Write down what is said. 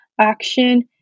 action